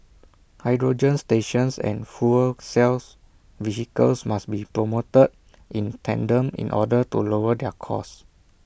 hydrogen stations and fuel cell vehicles must be promoted in tandem in order to lower their cost